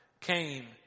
came